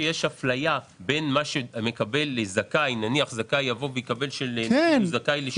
אתה אומר שיש אפליה במה שמקבל זכאי כשהוא זכאי להשתתפות.